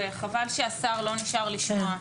חבל שהשר לא נשאר לשמוע.